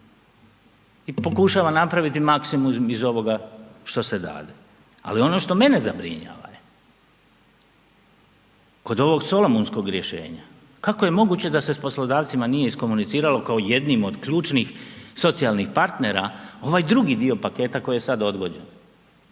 i pokušala napraviti maksimum iz ovoga što se dade, ali ono što mene zabrinjava je kod ovog solomunskog rješenja kako je moguće da se s poslodavcima nije iskomuniciralo kao jednim od ključnih socijalnih partnera ovaj drugi dio paketa koji je sad odgođen.